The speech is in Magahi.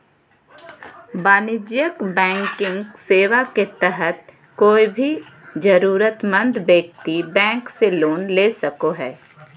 वाणिज्यिक बैंकिंग सेवा के तहत कोय भी जरूरतमंद व्यक्ति बैंक से लोन ले सको हय